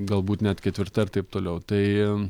galbūt net ketvirta ir taipt toliau tai